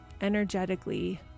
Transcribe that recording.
energetically